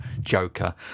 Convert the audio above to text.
joker